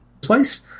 place